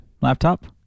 laptop